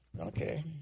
Okay